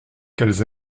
qu’elles